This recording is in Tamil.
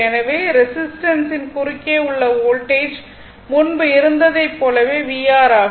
எனவே ரெசிஸ்டன்ஸின் குறுக்கே உள்ள வோல்டேஜ் முன்பு இருந்ததைப் போலவே vR ஆகும்